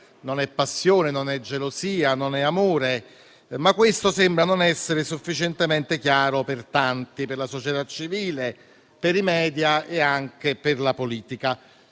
non è passione, non è gelosia, non è amore. Ma questo sembra non essere sufficientemente chiaro per tanti: per la società civile, per i media e anche per la politica.